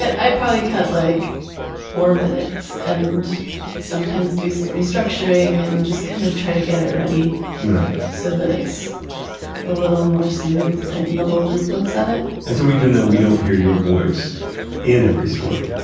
i probably cut like four minutes, and sometimes do some restructuring, and just kind of try to get it ready so that it's a little more smooth when the whole group looks at it and so, even though we don't hear your voice in every story,